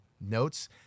notes